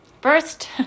First